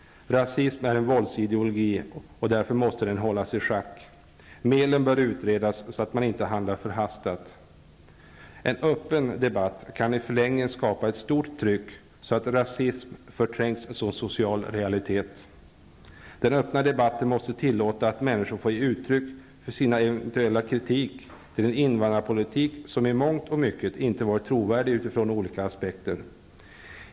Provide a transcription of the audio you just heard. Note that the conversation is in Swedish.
Rasism är en våldsideologi, och därför måste den hållas i schack. Medlen bör utredas så att man inte handlar förhastat. En öppen debatt kan i förlängningen skapa ett stort tryck så att rasism förträngs som social realitet. Den öppna debatten måste tillåta att människor får ge uttryck för sin eventuella kritik av en invandrarpolitik som i mångt och mycket inte har varit trovärdig utifrån olika aspekter.